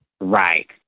Right